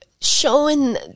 showing